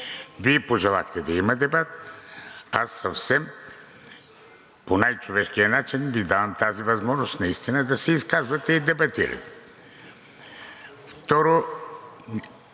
Вие пожелахте да има дебат, а аз по най-човешкия начин Ви давам тази възможност наистина да се изказвате и дебатирате. Второ,